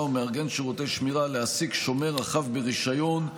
ומארגן שירותי שמירה להעסיק שומר החב ברישיון,